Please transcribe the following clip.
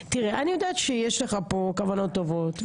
אני יודעת שיש לך כוונות טובות,